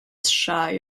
shy